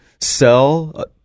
sell